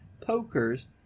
pokers